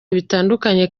bitandukanye